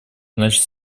значит